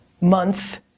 months